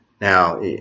Now